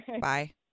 Bye